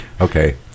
Okay